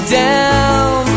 down